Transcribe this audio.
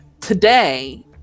today